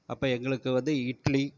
அப்போ எங்களுக்கு வந்து இட்லி